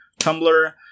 Tumblr